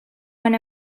when